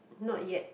not yet